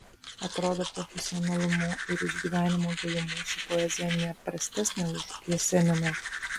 atrodo profesionalumu ir išgyvenimo gilumu ši poezija ne prastesnė už jesenino